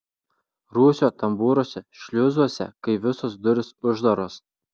rūsio tambūruose šliuzuose kai visos durys uždaros